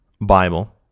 Bible